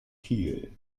kiel